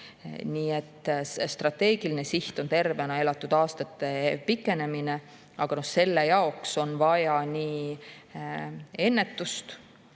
Nii et strateegiline siht on tervena elatud aastate pikenemine. Selle jaoks on vaja ennetust,